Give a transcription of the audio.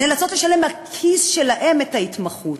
נאלצות לשלם מהכיס שלהן את ההתמחות.